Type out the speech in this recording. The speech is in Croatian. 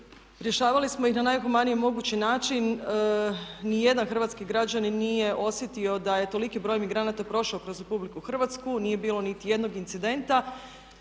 rješavali smo ih na najhumaniji mogući način. Nijedan hrvatski građanin nije osjetio da je toliki broj migranata prošao kroz Republiku Hrvatsku, nije bilo nitijednog incidenta.